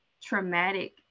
traumatic